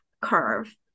curve